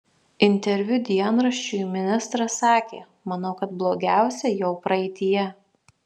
interviu dienraščiui ministras sakė manau kad blogiausia jau praeityje